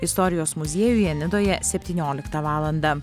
istorijos muziejuje nidoje septynioliktą valandą